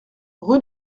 rue